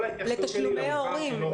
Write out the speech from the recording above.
לתשלומי הורים.